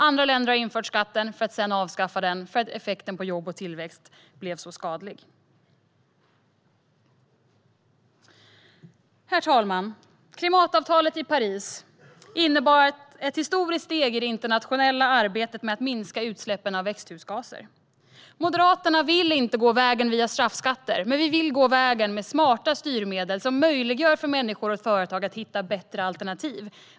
Andra länder har infört skatten för att sedan avskaffa den eftersom effekten på jobb och tillväxt blev så skadlig. Herr talman! Klimatavtalet i Paris innebar ett historiskt steg i det internationella arbetet med att minska utsläppen av växthusgaser. Moderaterna vill inte gå vägen via straffskatter utan vill i stället välja smarta styrmedel som möjliggör för människor och företag att hitta bättre alternativ.